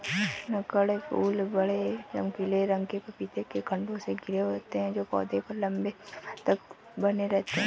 नगण्य फूल बड़े, चमकीले रंग के पपीते के खण्डों से घिरे होते हैं जो पौधे पर लंबे समय तक बने रहते हैं